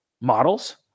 models